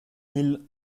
mille